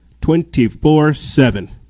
24-7